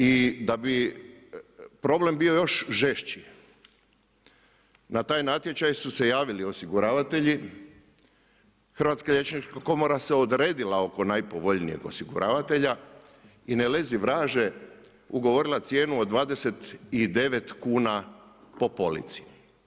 I da bi problem bio još žešći na taj natječaj su se javili osiguravatelji, Hrvatska liječnička komora se odredila oko najpovoljnijeg osiguravatelja i ne lezi vraže, ugovorila cijenu od 29 kuna po polici.